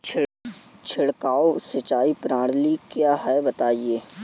छिड़काव सिंचाई प्रणाली क्या है बताएँ?